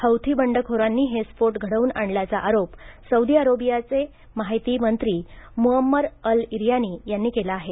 Houthi बंडखोरांनी हे स्फोट घडवून आणल्याचा आरोप सौदी अरेबियाचे माहितीमंत्री मुअम्मर अल एर्यानी यांनी केला आहे